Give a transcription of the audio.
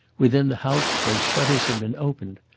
within the house those shutters had been opened.